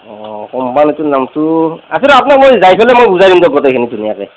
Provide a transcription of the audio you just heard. অঁ কোম্পানীটোৰ নামটো আছে দক আপ্নাক মই যাই পেম মই বুজাই দিম দক গোটেইখিনি ধুনীয়াকৈ